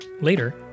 Later